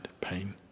pain